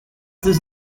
this